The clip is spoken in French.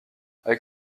avec